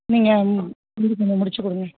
நீங்கள் வந்து கொஞ்சம் முடித்துக் கொடுங்க